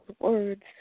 words